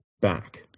back